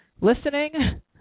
listening